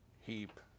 heap